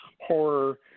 horror